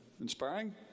Inspiring